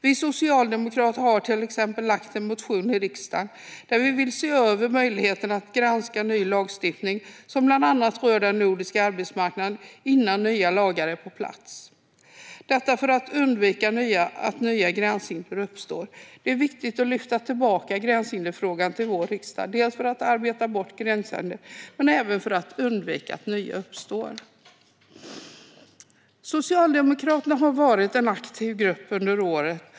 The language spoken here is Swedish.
Vi socialdemokrater har till exempel lagt fram en motion i riksdagen där vi vill se över möjligheten att granska ny lagstiftning som bland annat rör den nordiska arbetsmarknaden innan nya lagar är på plats för att undvika att nya gränshinder uppstår. Det är viktigt att lyfta tillbaka gränshinderfrågan till vår riksdag för att arbeta bort gränshinder men även för att undvika att nya uppstår. Socialdemokraterna har varit en aktiv grupp under året.